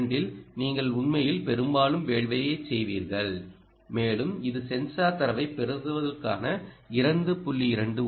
2 இல் நீங்கள் உண்மையில் பெரும்பாலான வேலைகளைச் செய்வீர்கள் மேலும் இது சென்சார் தரவைப் பெறுதலுக்கான 2